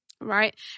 Right